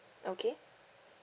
okay